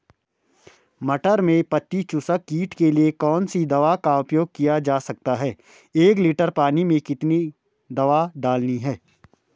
मटर में पत्ती चूसक कीट के लिए कौन सी दवा का उपयोग किया जा सकता है एक लीटर पानी में कितनी दवा डालनी है?